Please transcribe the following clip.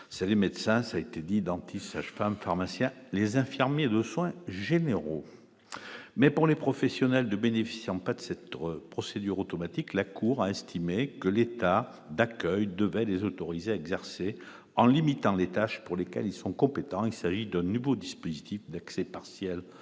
ça les médecins, ça a été dit, dentistes, sage-femmes, pharmaciens, les infirmiers de soins généraux, mais pour les professionnels de bénéficiant pas de cette procédure automatique, la cour a estimé que l'État d'accueil devait les autorisés à exercer en limitant les tâches pour lesquelles ils sont compétents, il s'agit de nouveaux dispositifs d'accès partiel